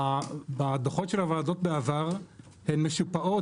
בדוחות של הוועדות בעבר הן משופעות,